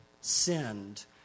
sinned